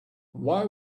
why